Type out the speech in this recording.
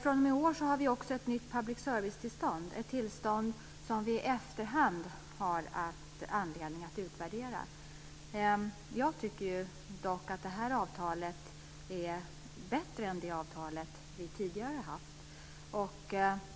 fr.o.m. i år har vi ett nytt public service-tillstånd, ett tillstånd som vi i efterhand har haft anledning att utvärdera. Jag tycker dock att det här avtalet är bättre än det avtal som vi tidigare har haft.